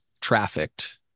trafficked